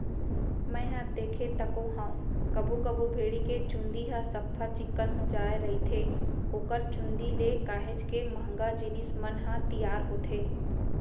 मैंहर देखें तको हंव कभू कभू भेड़ी के चंूदी ह सफ्फा चिक्कन हो जाय रहिथे ओखर चुंदी ले काहेच के महंगा जिनिस मन ह तियार होथे